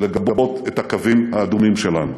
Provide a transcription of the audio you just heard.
לגבות את הקווים האדומים שלנו.